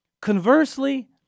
Conversely